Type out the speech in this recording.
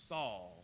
Saul